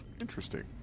Interesting